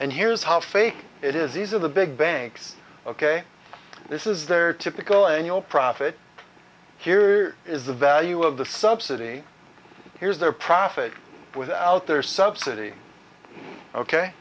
and here's how fake it is these are the big banks ok this is their typical annual profit here is the value of the subsidy here's their profit without their subsidy ok